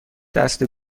دسته